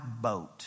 boat